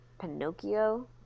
Pinocchio